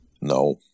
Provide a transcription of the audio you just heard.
no